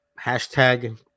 hashtag